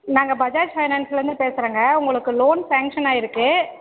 நாங்கள் பஜாஜ் ஃபைனான்ஸ்லேருந்து பேசுறேங்க உங்களுக்கு லோன் சாங்க்ஷன் ஆயிருக்கு